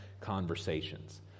conversations